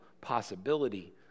possibility